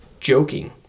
joking